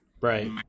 Right